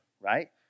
right